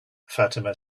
fatima